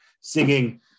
singing